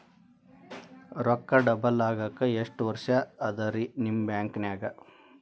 ರೊಕ್ಕ ಡಬಲ್ ಆಗಾಕ ಎಷ್ಟ ವರ್ಷಾ ಅದ ರಿ ನಿಮ್ಮ ಬ್ಯಾಂಕಿನ್ಯಾಗ?